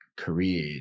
career